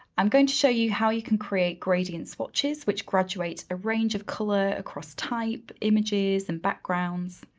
i'm going to show you how you can create gradient swatches which graduates a range of color across type, images and backgrounds.